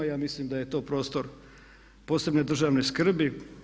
Ja mislim da je to prostor posebne državne skrbi.